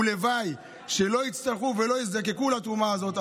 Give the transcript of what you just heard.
ולוואי שלא יצטרכו ולא יזדקקו לתרומה הזאת,